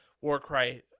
Warcry